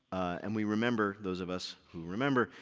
and we remember. those of us who remember,